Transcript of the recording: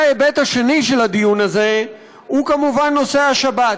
וההיבט השני של הדיון הזה הוא כמובן נושא השבת.